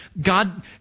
God